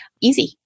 easy